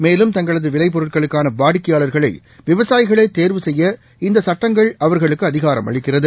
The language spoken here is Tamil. மேலும் தங்களது விலை பொருட்களுக்கான வாடிக்கையாளர்களை விவசாயிகளே தேர்வு செய்ய இந்த சட்டங்கள் அவா்களுக்கு அதிகாரம் அளிக்கிறது